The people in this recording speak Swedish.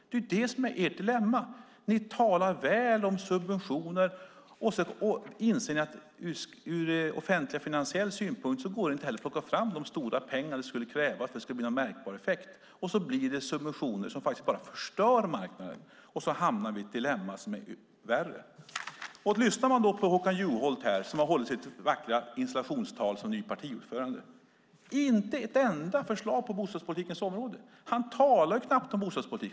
Detta är ert dilemma. Ni talar väl om subventioner men ur offentligfinansiell synpunkt går det inte att plocka fram de stora pengar det skulle kräva för att det ska bli en märkbar effekt. I stället blir det subventioner som förstör marknaden, och vi får en situation som blir värre. I Håkan Juholts vackra installationstal som ny partiordförande fanns inte ett enda förslag på bostadspolitikens område. Han talade knappt om bostadspolitik.